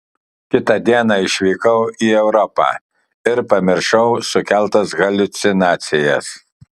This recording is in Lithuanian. kitą dieną išvykau į europą ir pamiršau sukeltas haliucinacijas